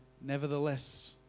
nevertheless